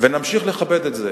ונמשיך לכבד את זה.